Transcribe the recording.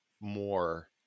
more